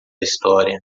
história